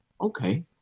Okay